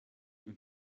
und